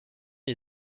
est